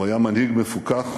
הוא היה מנהיג מפוכח.